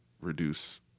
reduce